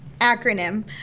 acronym